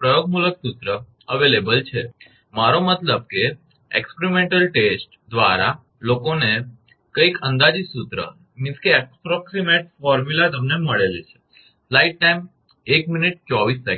પ્રયોગમૂલક સૂત્ર ઉપલબ્ધ છે મારો મતલબ કે પ્રાયોગિક પરીક્ષણ દ્વારા લોકોને કંઈક અંદાજિત સૂત્ર મળી ગયું છે